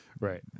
right